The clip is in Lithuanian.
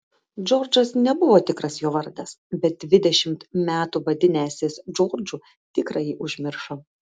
džordžas nebuvo tikras jo vardas bet dvidešimt metų vadinęsis džordžu tikrąjį užmiršo